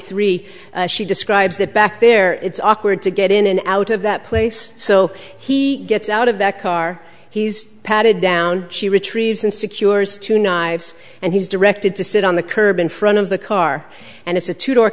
three she describes that back there it's awkward to get in and out of that place so he gets out of that car he's patted down she retrieves and secures two knives and he's directed to sit on the curb in front of the car and it's a two do